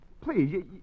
Please